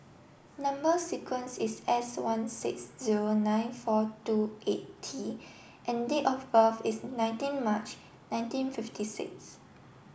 number sequence is S one six zero nine four two eight T and date of birth is nineteen March nineteen fifty six